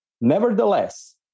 Nevertheless